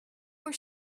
were